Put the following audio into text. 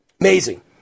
Amazing